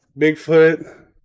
Bigfoot